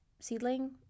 seedling